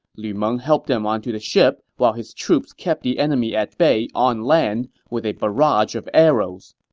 meng helped them onto the ship while his troops kept the enemy at bay on land with a barrage of arrows.